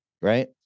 right